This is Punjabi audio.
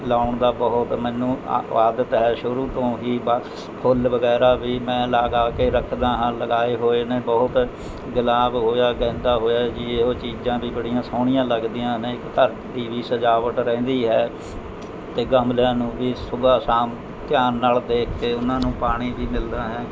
ਲਾਉਣ ਦਾ ਬਹੁਤ ਮੈਨੂੰ ਆ ਆਦਤ ਹੈ ਸ਼ੁਰੂ ਤੋਂ ਹੀ ਬਸ ਫੁੱਲ ਵਗੈਰਾ ਵੀ ਮੈਂ ਲਾ ਗਾ ਕੇ ਰੱਖਦਾ ਹਾਂ ਲਗਾਏ ਹੋਏ ਨੇ ਬਹੁਤ ਗੁਲਾਬ ਹੋਇਆ ਗੇਂਦਾ ਹੋਇਆ ਜਿਹੋ ਚੀਜ਼ਾਂ ਵੀ ਬੜੀਆਂ ਸੋਹਣੀਆਂ ਲਗਦੀਆਂ ਨੇ ਧਰਤੀ ਦੀ ਸਜਾਵਟ ਰਹਿੰਦੀ ਹੈ ਅਤੇ ਗਮਲਿਆਂ ਨੂੰ ਵੀ ਸੁਬਾਹ ਸ਼ਾਮ ਧਿਆਨ ਨਾਲ਼ ਦੇਖ ਕੇ ਉਹਨਾਂ ਨੂੰ ਪਾਣੀ ਵੀ ਮਿਲਦਾ ਹੈ